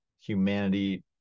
humanity